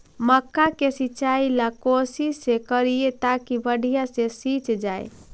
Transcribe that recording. मक्का के सिंचाई ला कोची से करिए ताकी बढ़िया से सींच जाय?